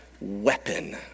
weapon